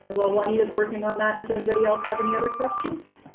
while juanita's working on that, does anybody else have any other questions?